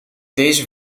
deze